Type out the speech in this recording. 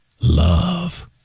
Love